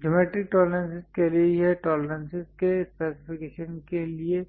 geometric tolerances के लिए यह टॉलरेंसेस के स्पेसिफिकेशन के लिए